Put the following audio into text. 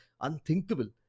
unthinkable